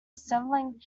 settling